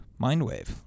Mindwave